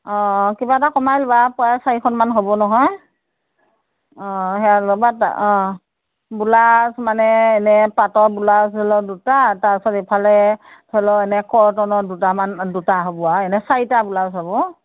অ কিবা এটা কমাই লোৱা চাৰিখনমান হ'ব নহয় অ অ ব্লাউজ মানে এনে পাটৰ ব্লাউজ ধৰি ল' দুটা তাৰপাছত ইফালে ধৰি ল' এনে কটনৰ দুটামান দুটা হ'ব আৰু এনে চাৰিটা ব্লাউজ হ'ব